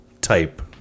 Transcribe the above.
type